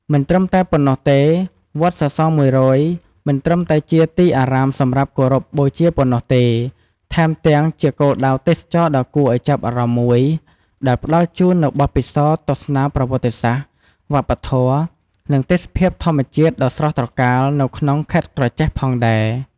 មិនត្រឹមតែប៉ុណ្ណោះទេវត្តសរសរ១០០ មិនត្រឹមតែជាទីអារាមសម្រាប់គោរពបូជាប៉ុណ្ណោះទេ ថែមទាំងជាគោលដៅទេសចរណ៍ដ៏គួរឱ្យចាប់អារម្មណ៍មួយ ដែលផ្តល់ជូននូវបទពិសោធន៍ទស្សនាប្រវត្តិសាស្ត្រ វប្បធម៌ និងទេសភាពធម្មជាតិដ៏ស្រស់ត្រកាលនៅក្នុងខេត្តក្រចេះផងដែរ ។